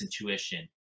intuition